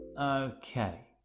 okay